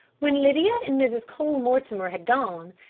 when lydia and mrs. cole-mortimer had gone,